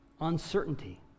uncertainty